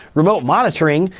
remote monitoring?